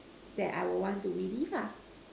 that I would want to relive ah